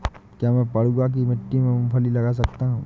क्या मैं पडुआ की मिट्टी में मूँगफली लगा सकता हूँ?